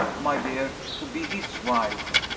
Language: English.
my dear, to be his wife.